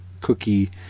cookie